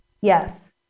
Yes